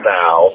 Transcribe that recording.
now